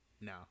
No